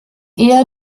eher